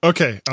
Okay